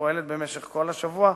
הפועלת במשך כל השבוע,